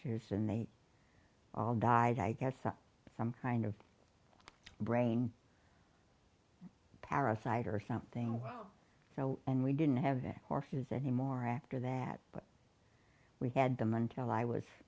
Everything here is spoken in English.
fears and they all died i guess some kind of brain parasite or something so and we didn't have it horses any more after that but we had them until i was